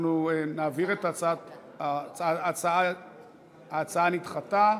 אנחנו נעביר את הצעת, ההצעה נדחתה.